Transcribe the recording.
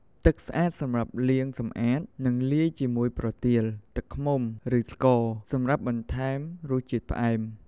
ទឹកស្អាតសម្រាប់លាងសម្អាត និងលាយជាមួយប្រទាល, ទឹកឃ្មុំ ឬស្ករ សម្រាប់បន្ថែមរសជាតិផ្អែម។